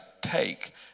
take